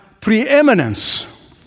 preeminence